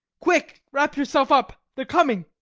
quick! wrap yourself up they're coming!